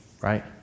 Right